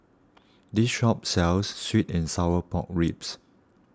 this shop sells Sweet and Sour Pork Ribs